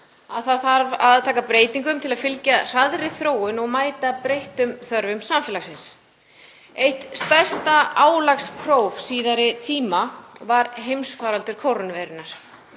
að það þarf að taka breytingum til að fylgja hraðri þróun og mæta breyttum þörfum samfélagsins. Eitt stærsta álagspróf síðari tíma var heimsfaraldur kórónuveirunnar.